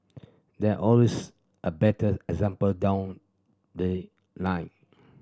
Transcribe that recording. there always a better example down the line